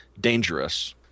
dangerous